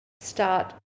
start